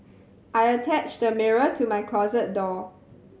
I attached the mirror to my closet door